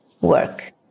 work